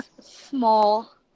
small